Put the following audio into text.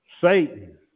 Satan